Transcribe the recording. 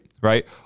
right